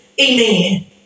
Amen